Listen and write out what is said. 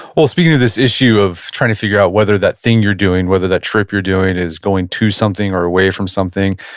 well, speaking to this issue of trying to figure out whether that thing you're doing, whether that trip you're doing is going to something or away from something,